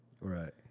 Right